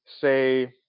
say